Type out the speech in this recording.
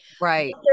right